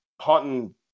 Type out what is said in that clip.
hunting